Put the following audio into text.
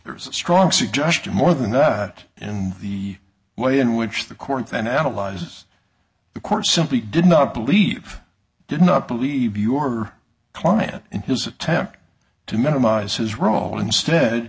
there's a strong suggestion more than that and the way in which the court and analyzes the course simply did not believe did not believe your client in his attempt to minimize his role instead